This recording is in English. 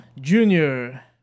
Junior